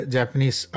Japanese